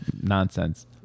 nonsense